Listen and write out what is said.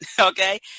okay